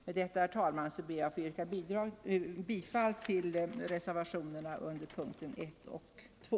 Med detta, herr talman, yrkar jag bifall till reservationerna 1 och 2.